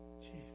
Jesus